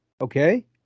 Okay